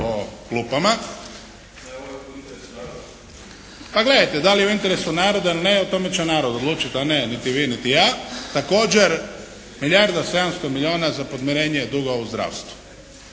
Pa gledajte da li je u interesu naroda ili ne o tome će narod odlučiti, a ne niti vi, niti ja. Također, milijarda i 700 milijuna za podmirenje duga u zdravstvu.